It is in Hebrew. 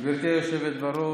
גברתי היושבת-ראש,